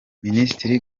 minisitiri